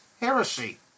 heresy